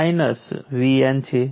1 volt છે